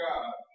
God